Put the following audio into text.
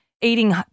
eating